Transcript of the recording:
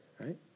right